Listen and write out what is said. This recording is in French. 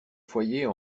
foyer